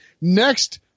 Next